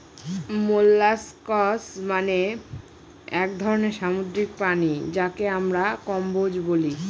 molluscs মানে এক ধরনের সামুদ্রিক প্রাণী যাকে আমরা কম্বোজ বলি